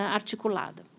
articulada